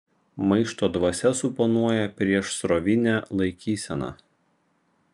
maišto dvasia suponuoja priešsrovinę laikyseną